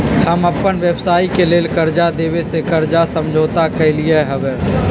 हम अप्पन व्यवसाय के लेल कर्जा देबे से कर्जा समझौता कलियइ हबे